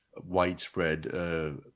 widespread –